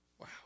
Wow